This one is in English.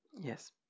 Yes